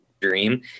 dream